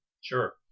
Sure